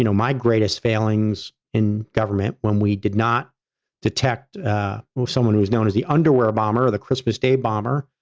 you know my greatest failings in government, when we did not detect someone who was known as the underwear bomber, the christmas day bomber,